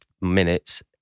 minutes